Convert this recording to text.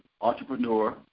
entrepreneur